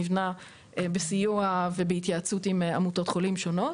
נבנה בסיוע ובהתייעצות עם עמותות חולים שונות